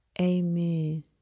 Amen